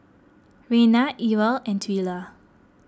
Raina Ewell and Twila